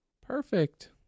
Perfect